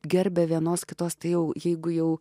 gerbė vienos kitos tai jau jeigu jau